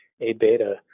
A-beta